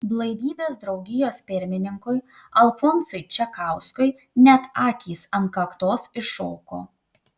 blaivybės draugijos pirmininkui alfonsui čekauskui net akys ant kaktos iššoko